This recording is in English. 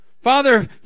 Father